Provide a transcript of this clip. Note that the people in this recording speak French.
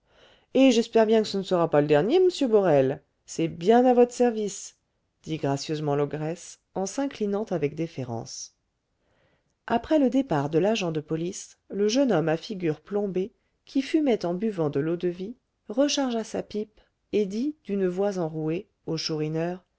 et j'espère bien que ce ne sera pas le dernier monsieur borel c'est bien à votre service dit gracieusement l'ogresse en s'inclinant avec déférence après le départ de l'agent de police le jeune homme à figure plombée qui fumait en buvant de l'eau-de-vie rechargea sa pipe et dit d'une voix enrouée au chourineur